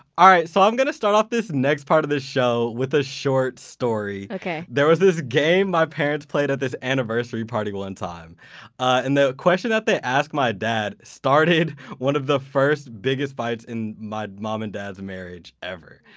ah so i'm going to start off this next part of this show with a short story. there was this game my parents played at this anniversary party one time and the question that they asked my dad started one of the first biggest fights in my mom and dad's marriage ever.